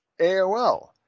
AOL